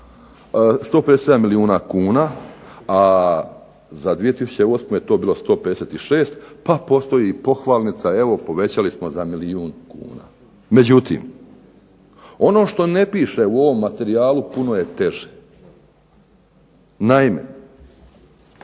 cca milijuna kuna, a za 2008. je to bilo 156 pa postoji pohvalnica, evo povećali smo za milijun kuna. Međutim, ono što ne piše u ovom materijalu puno je teže. Naime,